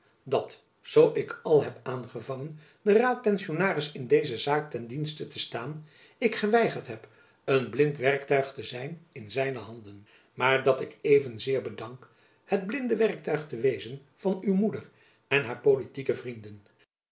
dat zoo ik al heb aangevangen den raadpensionaris in deze zaak ten dienste te staan ik geweigerd heb een blind werktuig te zijn in zijne handen maar dat ik evenzeer bedank het blinde werktuig te wezen van uw moeder en haar politieke vrienden